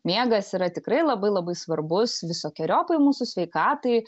miegas yra tikrai labai labai svarbus visokeriopai mūsų sveikatai